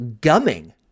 gumming